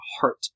heart